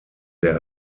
der